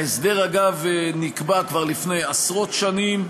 ההסדר, אגב, נקבע כבר לפני עשרות שנים,